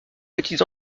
petites